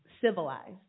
civilized